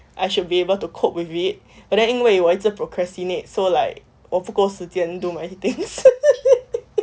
I should be able to cope with it but then 因为我一直 procrastinate so like 我不够时间 do many things